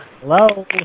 Hello